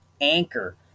Anchor